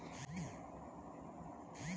हमके खाता खोले के बा का डॉक्यूमेंट लगी?